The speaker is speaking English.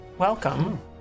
Welcome